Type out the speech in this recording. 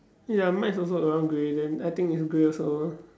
ya mine also around grey then I think it's grey also